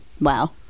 wow